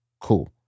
Cool